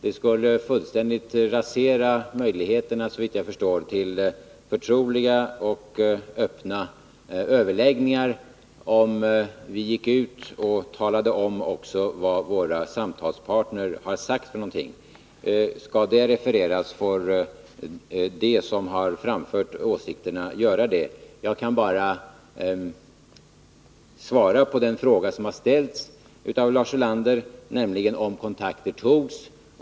Det skulle fullständigt rasera möjligheterna till förtroliga och öppna överläggningar, om vi gick ut och talade om vad våra samtalspartners har sagt. Skall det refereras, får de som har framfört åsikterna göra det. Jag kan bara svara på den fråga som har ställts av Lars Ulander, nämligen om kontakter togs.